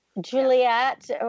Juliet